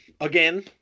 again